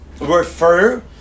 refer